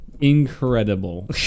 Incredible